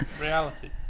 reality